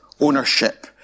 ownership